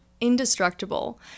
indestructible